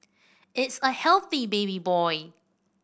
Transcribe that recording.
it's a healthy baby boy